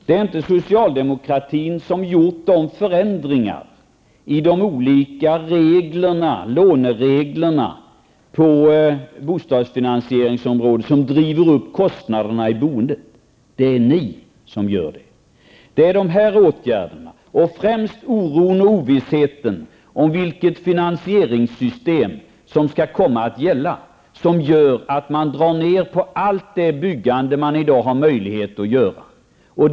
Det är inte socialdemokratin som gjort de förändringar i de olika lånereglerna på bostadsfinansieringsområdet som driver upp kostnaderna i boendet; det är ni som gör det. Det är de här åtgärderna, och främst oron och ovissheten om vilket finansieringssystem som skall komma att gälla, som gör att man drar ned på allt byggande man i dag har möjlighet att dra ned på.